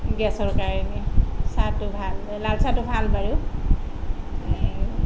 গেছৰ কাৰণে চাহটো ভাল লাল চাহটো ভাল বাৰু